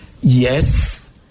Yes